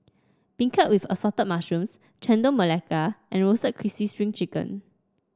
beancurd with Assorted Mushrooms Chendol Melaka and Roasted Crispy Spring Chicken